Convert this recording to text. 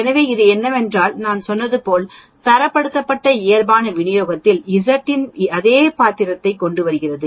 எனவே இது என்னவென்றால் நான் சொன்னது போல தரப்படுத்தப்பட்ட இயல்பான விநியோகத்தில் Z இன் அதே பாத்திரத்தை இங்கே கொண்டுள்ளது